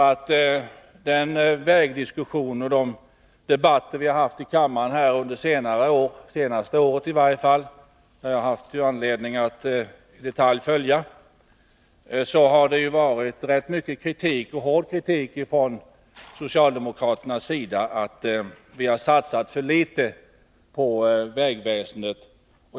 I de vägdiskussioner och de debatter vi har haft i kammaren under senare år —i varje fall under det senaste året, när jag har haft anledning att i detalj följa dem — har det riktats hård kritik från socialdemokratisk sida mot att vi har satsat för litet på vägväsendet.